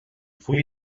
full